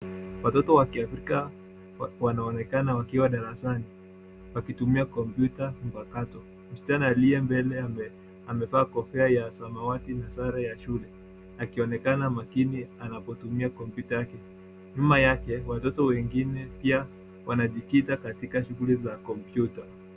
Watoto wa kiafrika wanaonekana wakiwa darasani wakitumia kompyuta mpakato. Kijana aliye mbele amevaa kofia ya samawati na sare ya shule, akionekana makini anapotumia kompyuta. Nyuma yake watoto wengine pia wanajikita katika shughuli za kompyuta.